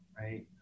right